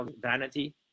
vanity